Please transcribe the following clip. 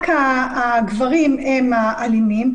רק הגברים הם האלימים.